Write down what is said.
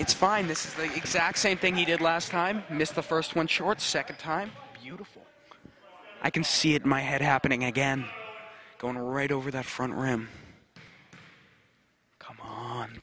it's fine this is the exact same thing he did last time missed the first one short second time i can see had my head happening again going right over that front ram come on